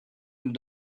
and